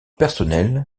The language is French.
personnel